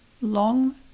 long